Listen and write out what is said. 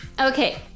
Okay